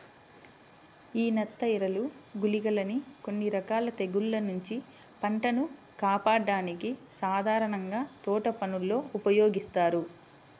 యీ నత్తఎరలు, గుళికలని కొన్ని రకాల తెగుల్ల నుంచి పంటను కాపాడ్డానికి సాధారణంగా తోటపనుల్లో ఉపయోగిత్తారు